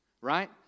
right